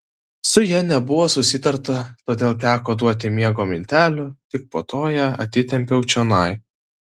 su ja nebuvo susitarta todėl teko duoti miego miltelių tik po to ją atitempiau čionai